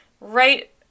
right